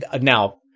now